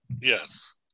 Yes